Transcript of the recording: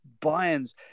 Bayern's